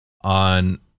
on